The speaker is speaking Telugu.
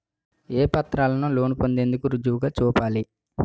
ఏ పత్రాలను లోన్ పొందేందుకు రుజువుగా చూపాలి?